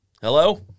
Hello